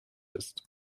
ist